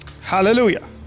Hallelujah